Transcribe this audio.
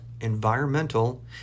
environmental